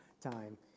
time